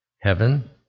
heaven